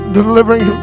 delivering